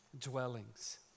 dwellings